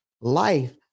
life